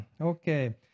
Okay